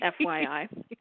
FYI